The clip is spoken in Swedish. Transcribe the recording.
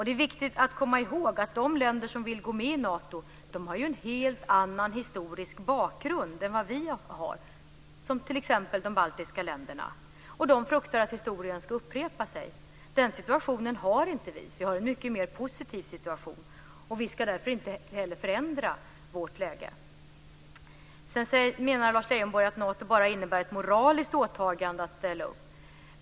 Det är viktigt att komma ihåg att de länder som vill gå med i Nato har en helt annan historisk bakgrund än vad vi har. Det gäller t.ex. de baltiska länderna. De fruktar att historien ska upprepa sig. Den situationen har inte vi. Vi har en mycket mer positiv situation, och vi ska därför inte heller förändra vårt läge. Sedan menar Lars Leijonborg att Nato bara innebär ett moraliskt åtagande att ställa upp.